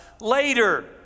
later